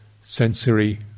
sensory